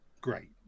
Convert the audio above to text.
great